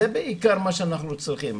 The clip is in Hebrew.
זה בעיקר מה אנחנו צריכים.